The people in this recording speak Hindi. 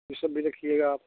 ई सब भी रखिएगा आप